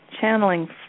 channeling